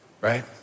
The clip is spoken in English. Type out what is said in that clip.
right